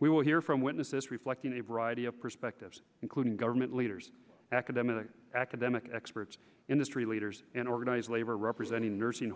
we will hear from witnesses reflecting a variety of perspectives including government leaders academics academic experts industry leaders in organized labor representing nursing